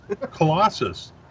Colossus